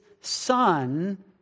son